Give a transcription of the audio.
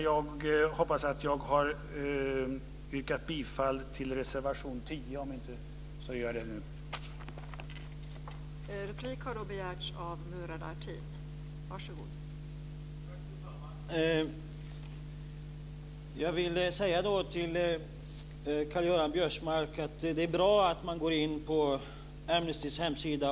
Jag hoppas att jag har yrkat bifall till reservation 10, och om jag inte har gjort det gör jag det nu.